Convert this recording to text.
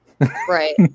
right